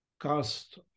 cast